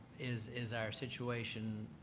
is is our situation